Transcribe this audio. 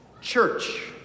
church